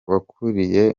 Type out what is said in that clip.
wakuriye